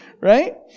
Right